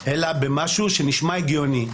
אלא במשהו שנשמע הגיוני.